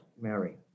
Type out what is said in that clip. Mary